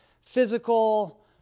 physical